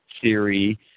theory